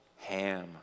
ham